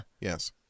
Yes